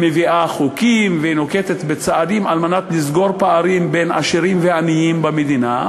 מביאה חוקים ונוקטת צעדים על מנת לסגור פערים בין עשירים לעניים במדינה,